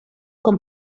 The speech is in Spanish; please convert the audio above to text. con